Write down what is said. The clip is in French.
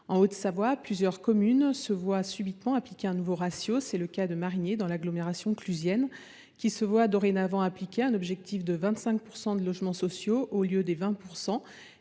En Haute Savoie, plusieurs communes se voient subitement appliquer un nouveau ratio. C’est le cas de Marignier dans l’agglomération clusienne, qui se voit dorénavant appliquer un objectif de 25 % de production de logements sociaux, au lieu de 20